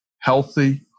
Healthy